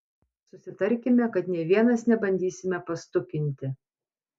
susitarkime kad nė vienas nebandysime pastukinti